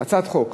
הצעת חוק,